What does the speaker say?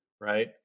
right